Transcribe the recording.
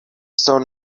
sun